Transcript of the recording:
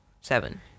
Seven